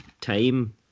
time